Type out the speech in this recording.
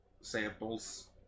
samples